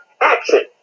action